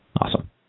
Awesome